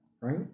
Right